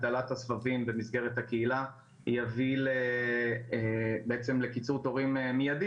הגדלת הסבבים במסגרת הקהילה יביא לקיצור תורים מיידי